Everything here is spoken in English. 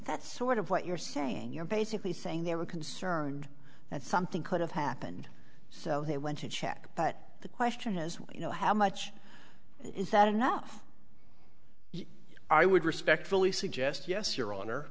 that's sort of what you're saying you're basically saying they were concerned that something could have happened so they went to check but the question is you know how much is that enough i would respectfully suggest yes